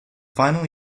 final